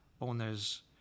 owners